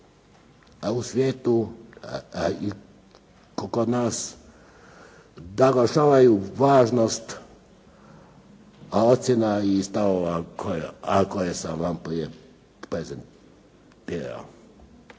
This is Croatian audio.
u svijetu i kod nas naglašavaju važnost ocjena i stavova koje sam vam prije prezentirao.